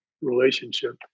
relationship